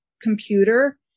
computer